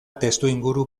testuinguru